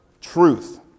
truth